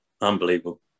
unbelievable